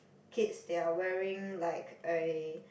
kids they are wearing like a